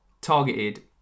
targeted